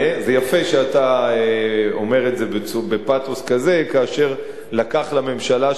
זה יפה שאתה אומר את זה בפתוס כזה כאשר לקח לממשלה שלך,